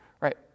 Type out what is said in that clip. right